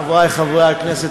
חברי חברי הכנסת,